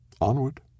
Onward